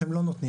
ואתם לא נותנים,